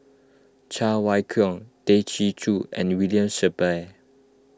Cheng Wai Keung Tay Chin Joo and William Shellabear